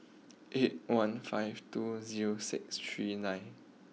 eight one five two zero six three nine